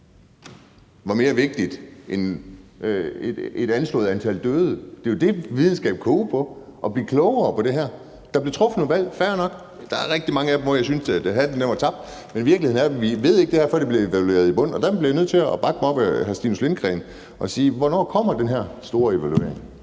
var mere vigtig end et anslået antal døde. Det er jo det, videnskab går ud på, altså at blive klogere på det her. Der blev truffet nogle valg, fair nok. Men der er rigtig mange af dem, hvor jeg synes at hatten var tabt. Men virkeligheden er, at vi ikke ved det her, før det bliver evalueret i bund. Der bliver jeg nødt til at bakke op om hr. Stinus Lindgreen og spørge: Hvornår kommer den her store evaluering?